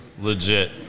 Legit